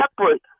separate